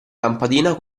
lampadina